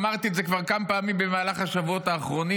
אמרתי את זה כבר כמה פעמים במהלך השבועות האחרונים,